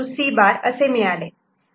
C' असे मिळाले